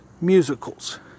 musicals